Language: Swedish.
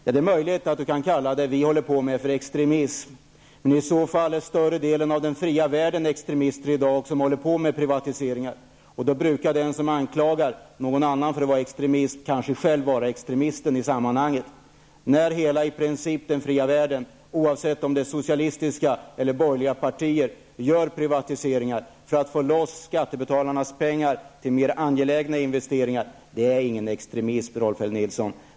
Det är möjligt att Rolf L Nilson kan kalla det som vi håller på med för extremism, men i så fall är man i dag i större delen av den fria världen extremister -- man håller ju där överallt på med privatiseringar. Den som anklagar dessa personer för att vara extremister kan kanske under sådana förhållanden själv anses vara extremisten i sammanhanget. När i princip hela den fria världen, oavsett om det gäller borgerliga eller socialistiska partier, gör privatiseringar för att få loss skattebetalarnas pengar till mera angelägna investeringar, är det inte fråga om någon extremism, Rolf L Nilson.